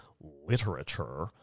literature